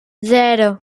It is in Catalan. zero